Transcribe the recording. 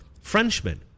Frenchmen